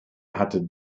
hatte